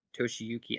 Toshiyuki